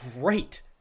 great